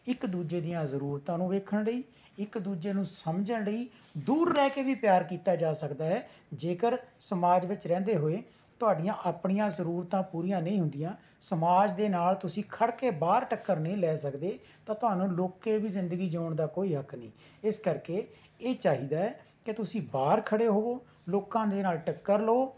ਇੱਕ ਦੂਜੇ ਦੀਆਂ ਜ਼ਰੂਰਤਾਂ ਨੂੰ ਵੇਖਣ ਲਈ ਇੱਕ ਦੂਜੇ ਨੂੰ ਸਮਝਣ ਲਈ ਦੂਰ ਰਹਿ ਕੇ ਵੀ ਪਿਆਰ ਕੀਤਾ ਜਾ ਸਕਦਾ ਹੈ ਜੇਕਰ ਸਮਾਜ ਵਿੱਚ ਰਹਿੰਦੇ ਹੋਏ ਤੁਹਾਡੀਆਂ ਆਪਣੀਆਂ ਜ਼ਰੂਰਤਾਂ ਪੂਰੀਆਂ ਨਹੀਂ ਹੁੰਦੀਆਂ ਸਮਾਜ ਦੇ ਨਾਲ ਤੁਸੀਂ ਖੜ੍ਹ ਕੇ ਬਾਹਰ ਟੱਕਰ ਨਹੀਂ ਲੈ ਸਕਦੇ ਤਾਂ ਤੁਹਾਨੂੰ ਲੁੱਕ ਕੇ ਵੀ ਜ਼ਿੰਦਗੀ ਜਿਊਣ ਦਾ ਕੋਈ ਹੱਕ ਨਹੀਂ ਇਸ ਕਰਕੇ ਇਹ ਚਾਹੀਦਾ ਹੈ ਕਿ ਤੁਸੀਂ ਬਾਹਰ ਖੜ੍ਹੇ ਹੋਵੋ ਲੋਕਾਂ ਦੇ ਨਾਲ ਟੱਕਰ ਲਓ